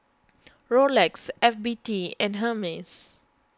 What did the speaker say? Rolex F B T and Hermes